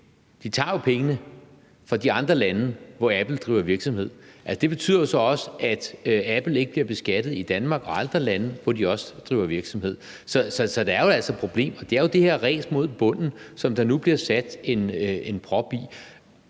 de tager jo pengene fra de andre lande, hvor Apple driver virksomhed, og det betyder så også, at Apple ikke bliver beskattet i Danmark og andre lande, hvor de også driver virksomhed. Så der er jo altså et problem, og det er jo det her ræs mod bunden, som der nu bliver sat en prop i.